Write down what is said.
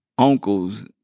Uncles